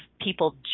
people